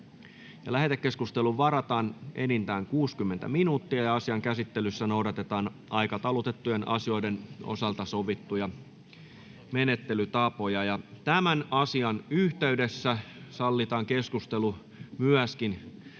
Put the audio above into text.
Lähetekeskusteluun varataan enintään 60 minuuttia. Asian käsittelyssä noudatetaan aikataulutettujen asioiden osalta sovittuja menettelytapoja. — Avaan keskustelun.